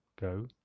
go